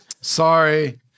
Sorry